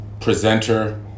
presenter